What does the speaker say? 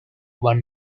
one